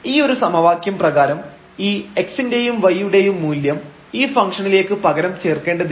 ഈ ഒരു സൂത്രവാക്യം പ്രകാരം ഈ x ൻറെയും y യുടെയും മൂല്യം ഈ ഫംഗ്ഷണിലേക്ക് പകരം ചേർക്കേണ്ടതില്ല